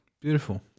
Beautiful